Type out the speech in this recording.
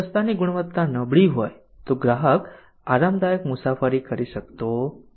જો રસ્તાની ગુણવત્તા નબળી હોય તો ગ્રાહક આરામદાયક મુસાફરી કરી શકતો નથી